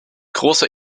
große